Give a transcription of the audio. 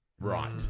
Right